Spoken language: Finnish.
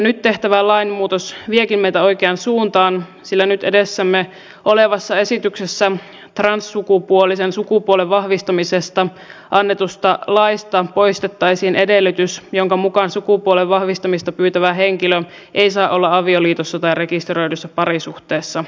nyt tehtävä lainmuutos viekin meitä oikeaan suuntaan sillä nyt edessämme olevassa esityksessä transsukupuolisen sukupuolen vahvistamisesta annetusta laista poistettaisiin edellytys jonka mukaan sukupuolen vahvistamista pyytävä henkilö ei saa olla avioliitossa tai rekisteröidyssä parisuhteessa